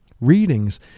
readings